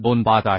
25 आहे